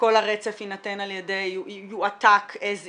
כל הרצף יועתק as is,